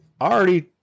already